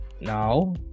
Now